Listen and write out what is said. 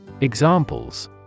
Examples